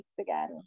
again